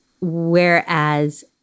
whereas